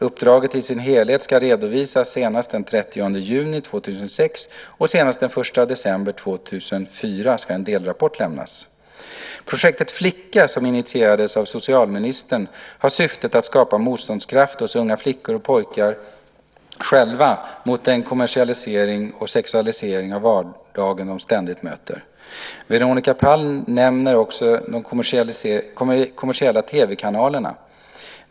Uppdraget i dess helhet ska redovisas senast den 30 juni 2006 och senast den 1 december 2004 ska en delrapport lämnas. Projektet Flicka, som initierades av socialministern, har syftet att skapa motståndskraft hos unga flickor och pojkar själva mot den kommersialisering och sexualisering av vardagen de ständigt möter. Veronica Palm nämner också de kommersiella TV-kanalerna.